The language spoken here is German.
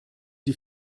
die